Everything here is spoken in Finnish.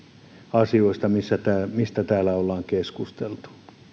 asioista mistä täällä ollaan keskusteltu